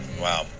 wow